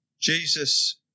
Jesus